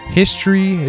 history